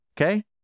Okay